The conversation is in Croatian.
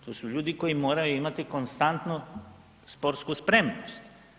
To su ljudi koji moraju imati konstantno sportsku spremnost.